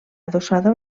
adossada